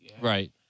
Right